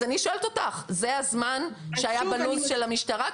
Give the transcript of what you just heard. אז אני שואלת אותך, זה הזמן שהיה בלו"ז של המשטרה?